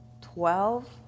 Twelve